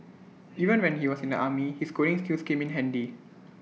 even when he was in the army his coding skills came in handy